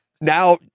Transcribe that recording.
now